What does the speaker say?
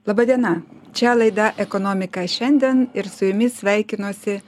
laba diena čia laida ekonomika šiandien ir su jumis sveikinuosi